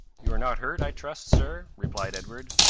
you are not hurt, i trust, sir? replied edward.